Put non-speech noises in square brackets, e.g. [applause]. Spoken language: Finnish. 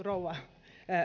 [unintelligible] rouva